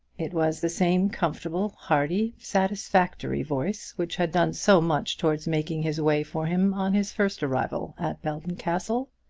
it was the same comfortable, hearty, satisfactory voice which had done so much towards making his way for him on his first arrival at belton castle.